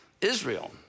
Israel